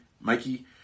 Mikey